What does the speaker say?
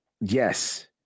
Yes